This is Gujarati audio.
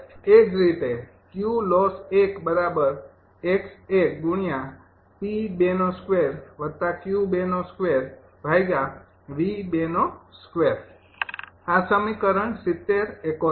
એ જ રીતે આ સમીકરણ ૭૦ ૭૧